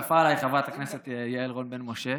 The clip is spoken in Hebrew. הצטרפה אליי חברת הכנסת יעל רון בן משה.